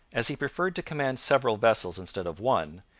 as he preferred to command several vessels instead of one,